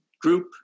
group